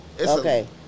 Okay